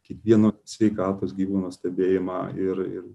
kiekvieno sveikatos gyvūno stebėjimą ir ir